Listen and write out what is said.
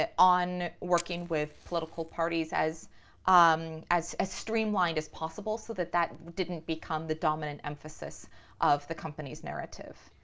ah on working with political parties as um as streamlined as possible so that that didn't become the dominant emphasis of the company's narrative.